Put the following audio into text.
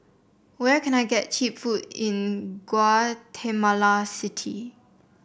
where can I get cheap food in Guatemala City